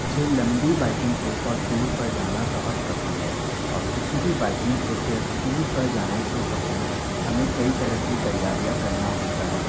मुझे लम्बी biking trip और टूर पर जाना बहुत पसंद है और किसी भी बाईकिंग ट्रिप या टूर पर जाने से पहले हमें कई तरह की तैयारीयाँ करना होता है